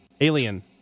Alien